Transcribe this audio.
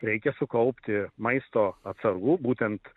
reikia sukaupti maisto atsargų būtent